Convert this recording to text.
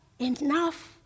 enough